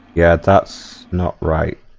yeah that's not right